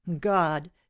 god